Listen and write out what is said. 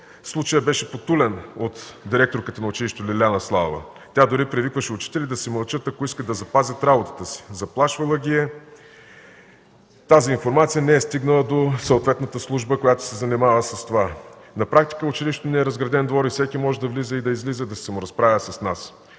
случаят беше потулен от директорката на училището Лиляна Славова. Тя дори привикваше учители да си мълчат, ако искат да запазят работата си.” Заплашвала ги е. Тази информация не е стигнала до съответната служба, която се занимава с това. „На практика училището ни е разграден двор и всеки може да влиза и да излиза, да се саморазправя с нас.